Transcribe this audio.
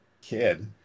Kid